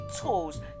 tools